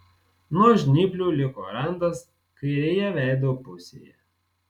nuo žnyplių liko randas kairėje veido pusėje